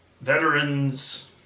veterans